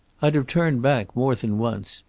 i'd have turned back more than once,